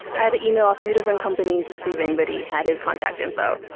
had to email a few different companies to see if anybody had his contact info.